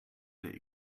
they